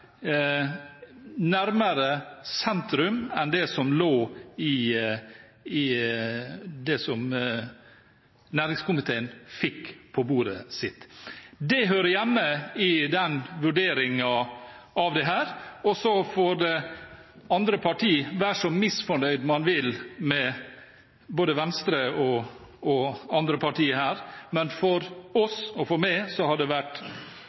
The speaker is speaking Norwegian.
nærmere sentrum enn det som lå i det næringskomiteen fikk på bordet. Det hører hjemme i vurderingen av dette. Så får andre partier være så misfornøyd man vil med både Venstre og andre partier her, men for oss og for meg har det vært